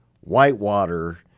Whitewater